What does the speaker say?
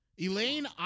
Elaine